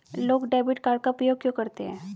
लोग debit card का उपयोग क्यों करते हैं?